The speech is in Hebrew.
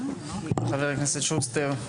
וחבר הכנסת שוסטר.